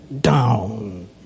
down